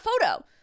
photo